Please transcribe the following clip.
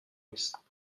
نیست